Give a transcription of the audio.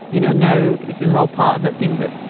you know, no, this is all part of that thing that,